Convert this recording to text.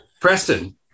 Preston